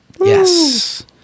Yes